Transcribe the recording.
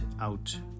out